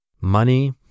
money